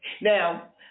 Now